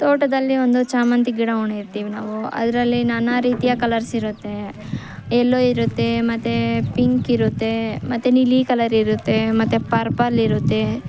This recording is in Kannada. ತೋಟದಲ್ಲಿ ಒಂದು ಸೇವಂತಿಗೆ ಗಿಡ ಹೂಣಿರ್ತೀವಿ ನಾವು ಅದರಲ್ಲಿ ನಾನಾ ರೀತಿಯ ಕಲರ್ಸ್ ಇರುತ್ತೆ ಎಲ್ಲೋ ಇರುತ್ತೆ ಮತ್ತು ಪಿಂಕ್ ಇರುತ್ತೆ ಮತ್ತು ನೀಲಿ ಕಲರ್ ಇರುತ್ತೆ ಮತ್ತು ಪರ್ಪಲ್ ಇರುತ್ತೆ